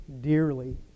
dearly